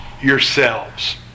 yourselves